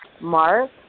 Mark